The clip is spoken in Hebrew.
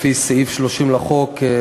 לפי סעיף 30 לחוק,